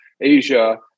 Asia